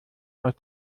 aus